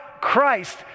Christ